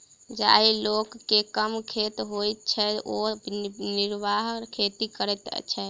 जाहि लोक के कम खेत होइत छै ओ निर्वाह खेती करैत छै